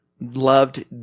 loved